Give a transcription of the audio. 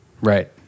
Right